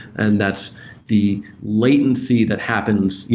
and that's the latency that happens, yeah